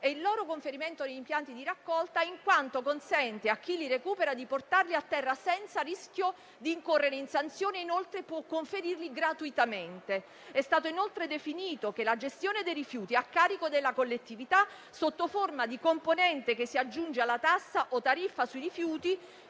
e il loro conferimento agli impianti di raccolta, in quanto consente a chi li recupera di portarli a terra senza rischio di incorrere in sanzioni. Inoltre, è possibile conferirli gratuitamente. È stato anche definito che la gestione dei rifiuti è a carico della collettività sotto forma di componente che si aggiunge alla tassa o tariffa sui rifiuti,